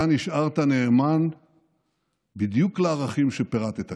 אתה נשארת נאמן בדיוק לערכים שפירטת כאן.